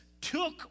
took